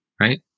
right